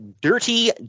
Dirty